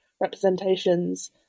representations